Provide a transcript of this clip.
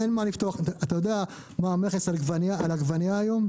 אתה יודע כל מה המכס על עגבנייה היום?